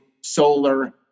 solar